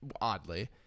oddly